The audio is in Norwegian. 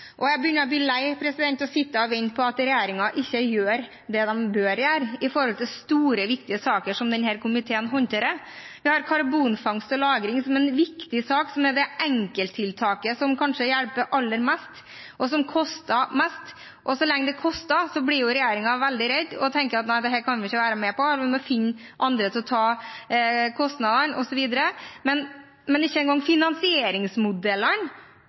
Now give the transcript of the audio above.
Jeg begynner å bli lei av å sitte og vente på at regjeringen skal gjøre det den bør gjøre med de store, viktige sakene som denne komiteen håndterer. Vi har karbonfangst og -lagring, som er en viktig sak, og som er det enkelttiltaket som kanskje hjelper aller mest, og som koster mest. Så lenge det koster, blir regjeringen veldig redd og tenker: Nei, dette kan vi ikke være med på, eller vi må finne andre til å ta kostnadene, osv. Ikke engang finansieringsmodellene